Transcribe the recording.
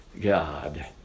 God